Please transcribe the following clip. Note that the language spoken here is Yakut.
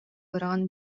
быраҕан